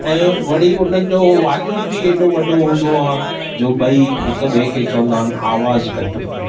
ऐं वरी उन्हनि जो वालियूम बि ऐॾो वॾो हूंदो आहे जो ॿई हिक ॿिए खे चवंदा आहिनि आवाज़ घटि करि